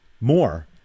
more